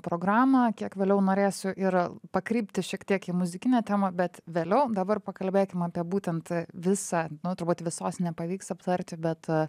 programą kiek vėliau norėsiu ir pakrypti šiek tiek į muzikinę temą bet vėliau dabar pakalbėkim apie būtent visą nu turbūt visos nepavyks aptarti bet